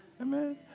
Amen